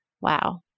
Wow